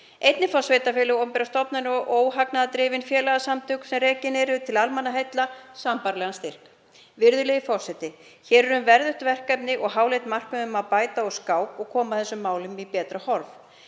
Einnig fá sveitarfélög, opinberar stofnanir og óhagnaðardrifin félagasamtök sem rekin eru til almannaheilla, sambærilegan styrk. Virðulegi forseti. Hér er um verðugt verkefni að ræða og háleit markmið um að bæta úr skák og koma þessum málum í betra horf.